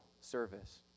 service